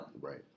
Right